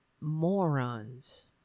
morons